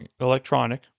electronic